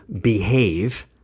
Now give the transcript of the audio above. behave